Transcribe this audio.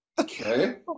Okay